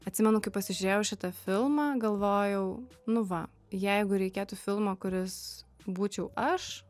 atsimenu kai pasižiūrėjau šitą filmą galvojau nu va jeigu reikėtų filmo kuris būčiau aš